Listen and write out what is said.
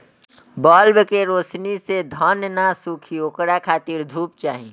bulb के रौशनी से धान न सुखी ओकरा खातिर धूप चाही